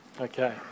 Okay